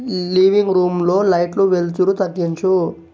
leaving రూమ్లో లైట్లు వెలుతురు తగ్గించు